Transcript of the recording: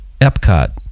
Epcot